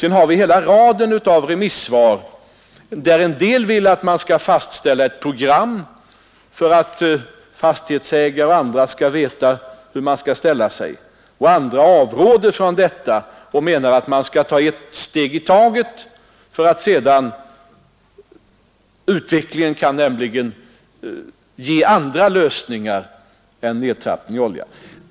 Sedan har vi hela raden av remissvar — en del vill att man skall fastställa ett program för att fastighetsägare och andra skall veta hur man bör ställa sig, medan andra avråder från detta och menar att man skall ta ett steg i taget, då utvecklingen kan ge andra lösningar än nedtrappning av svavelhalten i oljan.